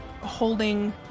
holding